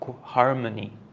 harmony